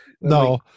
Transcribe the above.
no